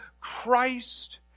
Christ